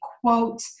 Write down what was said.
quote